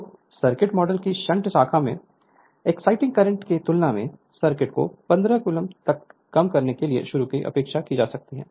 तो circuit model की shunt शाखा में एक्साइटिंग करंट की तुलना में सर्किट को 15 C तक कम करने के लिए शुरू में उपेक्षित किया जा सकता है